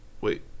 wait